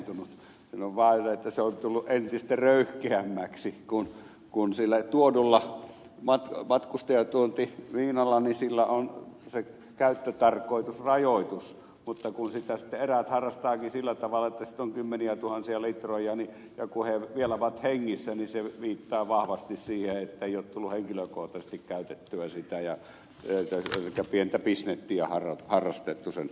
sanon vaan että se on tullut entistä röyhkeämmäksi kun sillä tuodulla matkustajatuontiviinalla on se käyttötarkoitusrajoitus mutta kun sitä sitten eräät harrastavatkin sillä tavalla että sitä on kymmeniätuhansia litroja ja kun he vielä ovat hengissä niin se viittaa vahvasti siihen ettei ole tullut henkilökohtaisesti käytettyä sitä elikkä on pientä bisnettiä harrastettu sen suhteen